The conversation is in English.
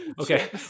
Okay